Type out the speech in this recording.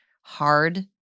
hard